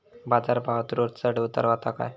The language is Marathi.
बाजार भावात रोज चढउतार व्हता काय?